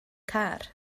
car